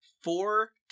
four